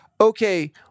Okay